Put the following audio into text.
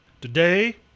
Today